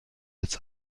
its